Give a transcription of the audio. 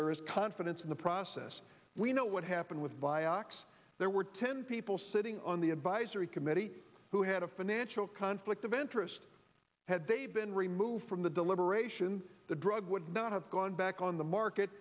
there is confidence in the process we know what happened with vioxx there were ten people sitting on the advisory committee who had a financial conflict of interest had they been removed from the deliberation the drug would not have gone back on the market